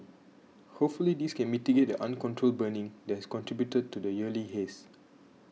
hopefully this can mitigate the uncontrolled burning that has contributed to the yearly haze